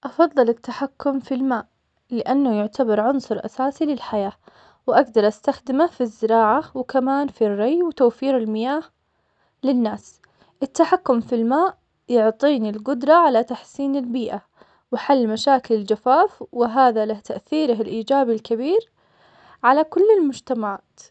بصراحة، أفضّل امتلاك مكتبة شخصية فيها كل الكتب المكتوبة. القراءة توسّع المدارك وتفتح آفاق جديدة، وتقدر تسافر من خلالها لعوالم مختلفة وأزمنة متنوعة. الكتب تعطيك الحكمة والمعرفة اللي تدوم، بينما اللوحات تعطيك جمال اللحظة فقط. عاد الخيار يعتمد على شو اللي يستهوي قلبك أكثر!